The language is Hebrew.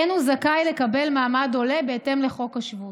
אין הוא זכאי לקבל מעמד עולה בהתאם לחוק השבות.